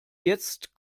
jetzt